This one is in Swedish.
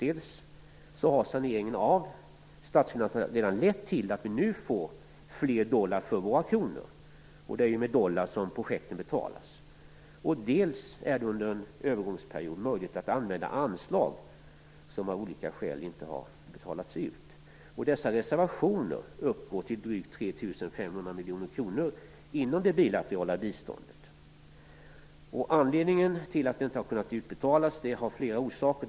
Dels har saneringen av statsfinanserna redan lett till att vi nu får fler dollar för våra kronor och det är ju med dollar som projekten betalas, dels är det under en övergångsperiod möjligt att använda anslag som av olika skäl inte har betalats ut. Dessa reservationer uppgår till drygt Anledningen till att det här inte har kunnat utbetalas har flera orsaker.